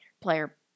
player